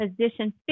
Position